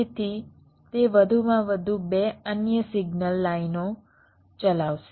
તેથી તે વધુમાં વધુ 2 અન્ય સિગ્નલ લાઈનો ચલાવશે